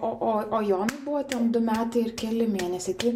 o o o jonui buvo ten du metai ir keli mėnesiai tai